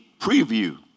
preview